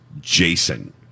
Jason